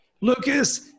Lucas